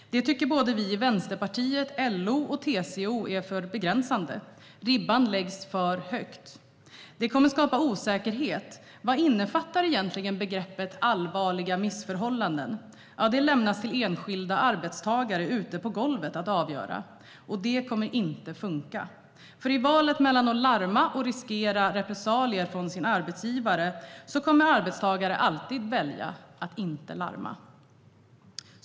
Det tycker såväl vi i Vänsterpartiet som LO och TCO är för begränsande. Ribban läggs för högt. Det kommer att skapa osäkerhet. Vad innefattar egentligen begreppet "allvarliga missförhållanden"? Det lämnas till enskilda arbetstagare på golvet att avgöra. Och det kommer inte att fungera. I valet mellan att larma och riskera repressalier från arbetsgivaren kommer arbetstagare nämligen alltid att välja att inte larma.